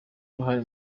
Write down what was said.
uruhare